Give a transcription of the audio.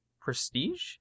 prestige